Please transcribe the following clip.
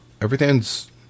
Everything's